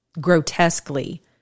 grotesquely